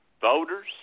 voters